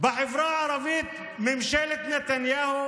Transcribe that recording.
בחברה הערבית, ממשלת נתניהו